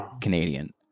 Canadian